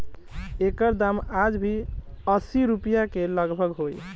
एकर दाम आज भी असी रुपिया के लगभग होई